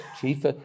chief